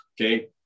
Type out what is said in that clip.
okay